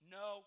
no